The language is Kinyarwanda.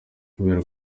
kubera